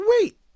wait